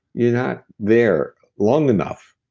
you're not there long enough,